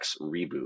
reboot